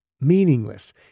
meaningless